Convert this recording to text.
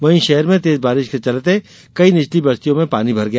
वहीं शहर में तेज बारिश चलते कई निचली बस्तियों में पानी भर गया